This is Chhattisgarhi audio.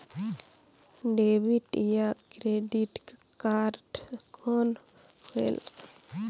डेबिट या क्रेडिट कारड कौन होएल?